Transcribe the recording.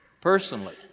personally